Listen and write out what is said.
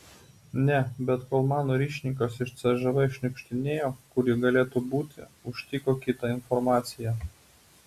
ne bet kol mano ryšininkas iš cžv šniukštinėjo kur ji galėtų būti užtiko kitą informaciją